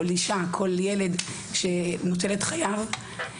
אישה וילד שנוטל את חייו,